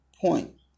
point